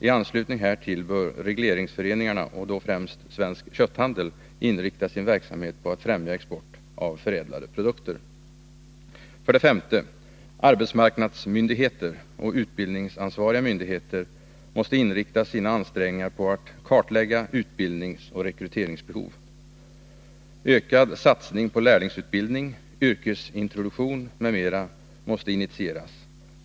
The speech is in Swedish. I anslutning härtill bör regleringsföreningarna — främst Svensk Kötthandel — inrikta sin verksamhet på att främja export av förädlade produkter. 5. Arbetsmarknadsmyndigheter och utbildningsansvariga myndigheter måste inrikta sina ansträngningar på att kartlägga utbildningsoch rekryteringsbehov. Ökad satsning på lärlingsutbildning, yrkesintroduktion m.m. måste initieras.